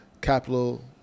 capital